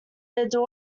daughter